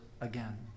again